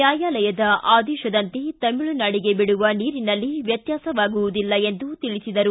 ನ್ಯಾಯಾಲಯದ ಆದೇಶದಂತೆ ತಮಿಳುನಾಡಿಗೆ ಬಿಡುವ ನೀರಿನಲ್ಲಿ ವ್ಯತ್ಕಾಸವಾಗುವುದಿಲ್ಲ ಎಂದು ತಿಳಿಸಿದರು